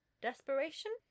desperation